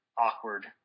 awkward